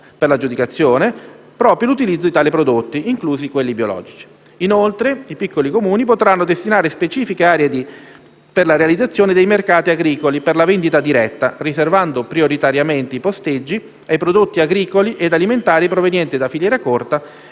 per l'aggiudicazione l'utilizzo di tali prodotti, inclusi quelli biologici. Inoltre, i piccoli Comuni potranno destinare specifiche aree per la realizzazione dei mercati agricoli per la vendita diretta, riservando prioritariamente i posteggi ai prodotti agricoli e alimentari provenienti da filiera corta